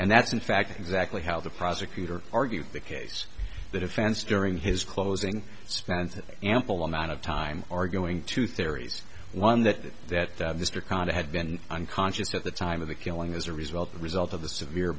and that's in fact exactly how the prosecutor argued the case the defense during his closing spent ample amount of time arguing two theories one that that mr condit had been unconscious at the time of the killing as a result the result of the severe